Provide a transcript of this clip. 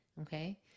Okay